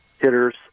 hitters